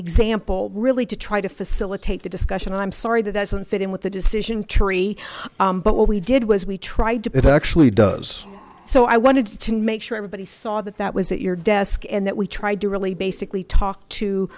example really to try to facilitate the discussion i'm sorry that doesn't fit in with the decision tree but what we did was we tried to put actually does so i wanted to make sure everybody saw that that was at your desk and that we tried to really basically talk to